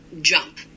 jump